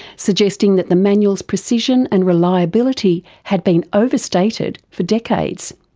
suggesting that the manual's precision and reliability had been overstated for decades,